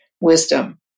wisdom